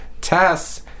Tess